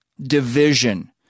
division